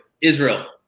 Israel